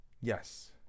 Yes